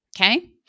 Okay